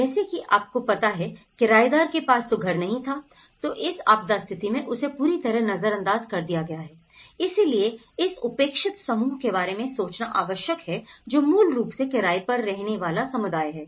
जैसे कि आपको पता है किराएदार के पास तो घर नहीं था तो इस आपदा स्थिति में उसे पूरी तरह नजरअंदाज कर दिया गया इसीलिए इस उपेक्षित समूह के बारे में सोचना आवश्यक है जो मूल रूप से किराए पर रहने वाला समुदाय हैं